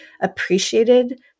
appreciated